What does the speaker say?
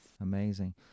amazing